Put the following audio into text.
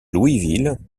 louisville